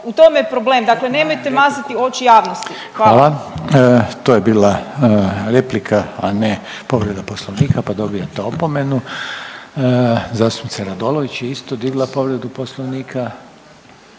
u tome je problem, dakle nemojte mazati oči javnosti, hvala. **Reiner, Željko (HDZ)** Hvala. To je bila replika, a ne povreda poslovnika, pa dobijate opomenu. Zastupnica Radolović je isto digla povredu poslovnika,